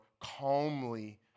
calmly